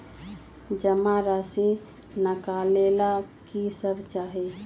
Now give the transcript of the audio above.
जमा राशि नकालेला कि सब चाहि?